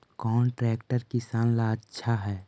कौन ट्रैक्टर किसान ला आछा है?